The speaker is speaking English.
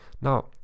Now